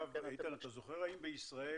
איתן, אתה זוכר האם בישראל